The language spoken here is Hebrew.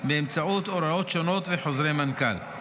באמצעות הוראות שונות וחוזרי מנכ"ל.